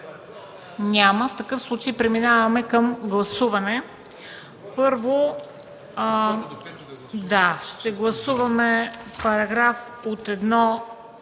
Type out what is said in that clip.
Няма. В такъв случай преминаваме към гласуване. Първо, ще гласуваме параграфи от 1 до